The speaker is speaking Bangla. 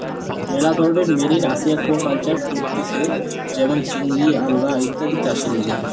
মেলা ধরণের মেরিন আসিকুয়াকালচার করতিছে যেমন চিংড়ি, আলগা ইত্যাদি চাষের লিগে